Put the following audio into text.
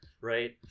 Right